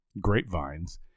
grapevines